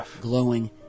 glowing